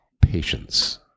patience